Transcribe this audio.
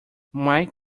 mike